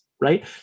right